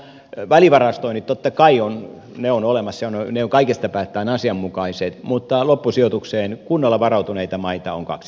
no välivarastoinnit totta kai ovat olemassa ja ne ovat kaikesta päätellen asianmukaiset mutta loppusijoitukseen kunnolla varautuneita maita on kaksi